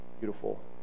beautiful